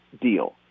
deal